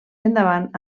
endavant